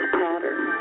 pattern